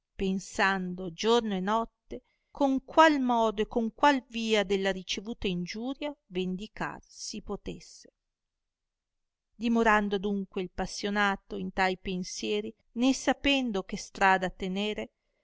pensando giorno e notte con qual modo e con qual via della ricevuta ingiuria vendicar si potesse dimorando adunque il passionato in tai pensieri né sapendo che strada tenere